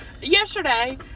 yesterday